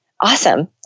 awesome